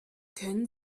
können